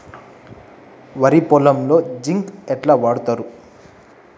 వరి పొలంలో జింక్ ఎట్లా వాడుతరు?